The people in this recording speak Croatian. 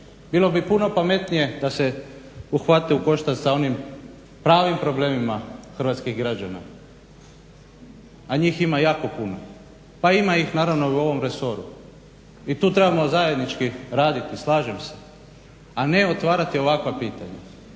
Bilo bi puno pametnije da se uhvate u koštac sa pravim problemima hrvatskih građana, a njih ima jako puno pa ima ih naravno i u ovom resoru. I tu trebamo zajednički raditi slažem se a ne otvarati ovakva pitanja.